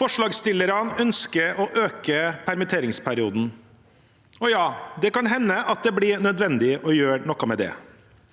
Forslagsstillerne ønsker å øke permitteringsperioden, og ja, det kan hende at det blir nødvendig å gjøre noe med det.